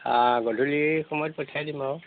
গধূলি সময়ত পঠিয়াই দিম আৰু